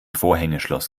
vorhängeschloss